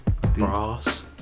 brass